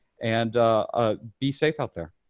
and ah be safe out there.